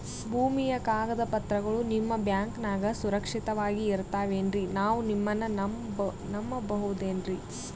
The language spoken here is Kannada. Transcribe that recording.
ಭೂಮಿಯ ಕಾಗದ ಪತ್ರಗಳು ನಿಮ್ಮ ಬ್ಯಾಂಕನಾಗ ಸುರಕ್ಷಿತವಾಗಿ ಇರತಾವೇನ್ರಿ ನಾವು ನಿಮ್ಮನ್ನ ನಮ್ ಬಬಹುದೇನ್ರಿ?